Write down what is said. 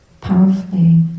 powerfully